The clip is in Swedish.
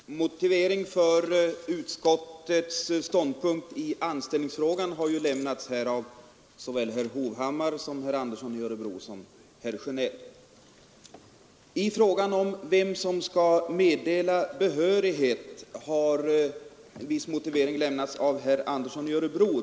Fru talman! Motivering för utskottets ståndpunkt i anställningsfrågan har lämnats här av såväl herr Hovhammar som herr Andersson i Örebro och herr Sjönell. I fråga om vem som skall meddela behörighet har viss motivering lämnats av herr Andersson i Örebro.